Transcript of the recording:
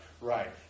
right